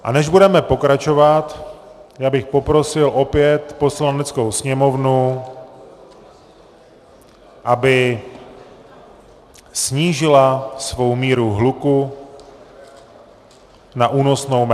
A než budeme pokračovat, já bych poprosil opět Poslaneckou sněmovnu, aby snížila svou míru hluku na únosnou mez.